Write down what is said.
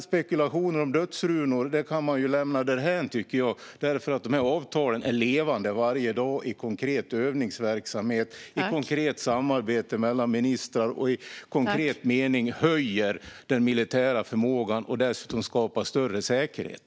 Spekulationer om dödsrunor tycker jag att man kan lämna därhän, för avtalen är levande varje dag i konkret övningsverksamhet och i konkret samarbete mellan ministrar. I konkret mening höjer de den militära förmågan och skapar dessutom större säkerhet.